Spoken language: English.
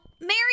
Mary